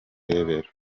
rebero